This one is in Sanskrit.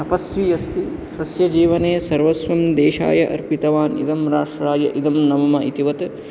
तपस्वी अस्ति स्वस्य जीवने सर्वस्वं देशाय अर्पितवान् इदं राष्ट्राय इदं न मम इतिवत्